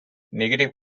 negative